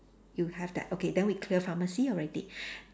you have that okay then we clear pharmacy already